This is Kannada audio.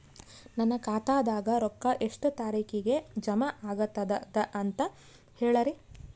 ನನ್ನ ಖಾತಾದಾಗ ರೊಕ್ಕ ಎಷ್ಟ ತಾರೀಖಿಗೆ ಜಮಾ ಆಗತದ ದ ಅಂತ ಹೇಳರಿ?